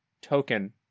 token